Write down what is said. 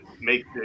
make